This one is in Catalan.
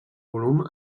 volum